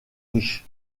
riche